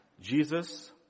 Jesus